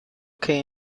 que